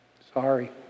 sorry